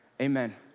Amen